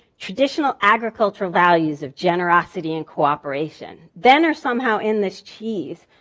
traditional agricultural values of generosity and cooperation. then are somehow in this cheese.